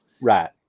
Right